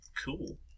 Cool